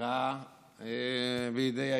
ובמהרה בידי היהודים.